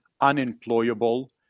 unemployable